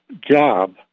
job